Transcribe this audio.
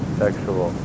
sexual